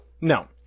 No